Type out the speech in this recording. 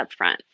upfront